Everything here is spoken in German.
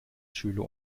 schüler